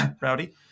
Rowdy